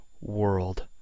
world